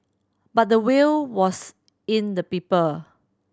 but the will was in the people